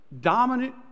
dominant